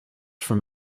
from